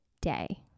day